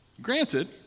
Granted